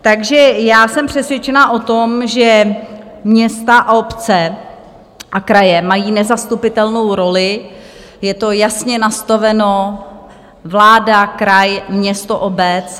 Takže já jsem přesvědčena o tom, že města, obce a kraje mají nezastupitelnou roli, je to jasně nastaveno: vláda, kraj, město, obec.